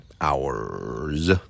hours